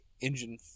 engine